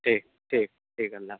ٹھیک ٹھیک ٹھیک اللہ حافظ